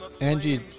Angie